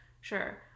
sure